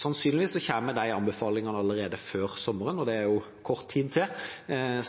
Sannsynligvis kommer de anbefalingene allerede før sommeren, og det er jo kort tid til.